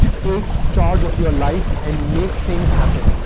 take charge of your life and make things happen.